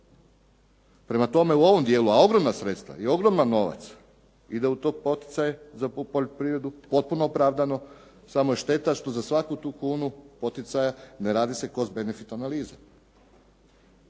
Prema tome, u ovom dijelu, a ogromna sredstva i ogroman novac ide u te poticaje za poljoprivredu potpuno opravdano, samo je šteta što za svaku tu kunu poticaja ne radi se cost benefit analize.